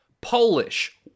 Polish